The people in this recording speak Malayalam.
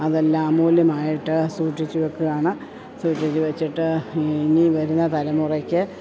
അതെല്ലാം അമൂല്യമായിട്ട് സൂക്ഷിച്ചു വെക്കുകയാണ് സൂക്ഷിച്ച് വെച്ചിട്ട് ഇനി വരുന്ന തലമുറയ്ക്ക്